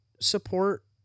support